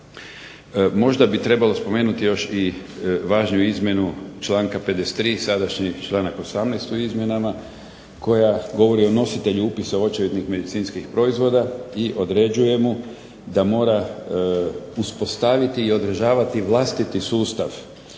Možda bi trebalo spomenuti još i važniju izmjenu članka 53. sadašnji članak 18. u izmjenama koja govori o nositelju upisa u očevidnik medicinskih proizvoda i određuje mu da mora uspostaviti i održavati vlastiti sustav